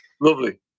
Lovely